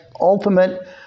ultimate